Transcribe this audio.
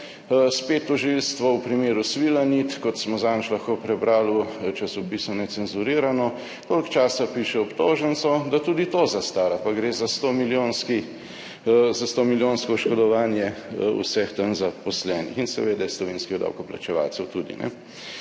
spet tožilstvo v primeru Svilanit, kot smo zadnjič lahko prebrali v časopisu Necenzurirano, toliko časa piše obtožnico, da tudi to zastara, pa gre za stomilijonsko oškodovanje vseh tam zaposlenih in seveda tudi slovenskih davkoplačevalcev.